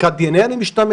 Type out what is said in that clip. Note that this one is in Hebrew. באיזו ערכת DNA אני משתמש.